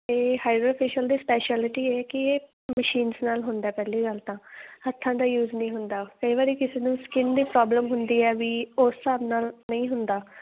ਅਤੇ ਹਾਈਡਰਾਫੇਸ਼ੀਅਲ ਦੀ ਸਪੈਸ਼ਲਿਟੀ ਹੈ ਕਿ ਇਹ ਮਸ਼ੀਨਸ ਨਾਲ ਹੁੰਦਾ ਪਹਿਲੀ ਗੱਲ ਤਾਂ ਹੱਥਾਂ ਦਾ ਯੂਜ ਨਹੀਂ ਹੁੰਦਾ ਕਈ ਵਾਰੀ ਕਿਸੇ ਨੂੰ ਸਕਿਨ ਦੀ ਪ੍ਰੋਬਲਮ ਹੁੰਦੀ ਹੈ ਵੀ ਉਸ ਹਿਸਾਬ ਨਾਲ ਨਹੀਂ ਹੁੰਦਾ